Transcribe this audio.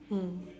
mm